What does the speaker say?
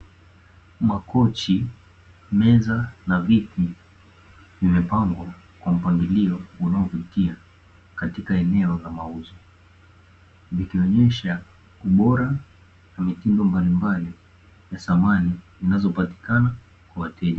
Makochi, meza na viti; vimepangwa kwa mpangilio unaovutia katika eneo la mauzo. Vikionyesha ubora na mitindo mbalimbali ya samani zinazopatikana kwa wateja.